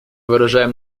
выражаем